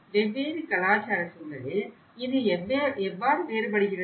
வெவ்வேறு கலாச்சார சூழலில் இது எவ்வாறு வேறுபடுகிறது